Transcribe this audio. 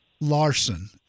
Larson